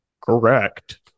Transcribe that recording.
Correct